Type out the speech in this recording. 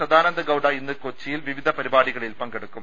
സദാനന്ദഗൌഡ ഇന്ന് കൊച്ചിയിൽ വിവിധ പരിപാ ടികളിൽ പങ്കെടുക്കും